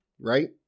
right